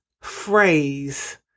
phrase